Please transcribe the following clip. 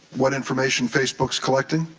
what information facebook is collecting,